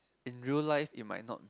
in real life it might not be